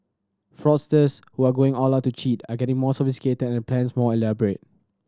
fraudsters who are going all out to cheat are getting more sophisticated and plans more elaborate